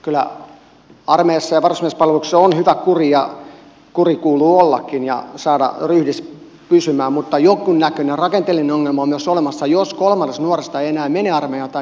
kyllä armeijassa ja varusmiespalveluksessa on hyvä kuri ja kuri kuuluu ollakin ja saada ryhdissä pysymään mutta jonkin näköinen rakenteellinen ongelma on myös olemassa jos kolmannes nuorista ei enää mene armeijaan tai keskeyttää sen